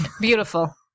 Beautiful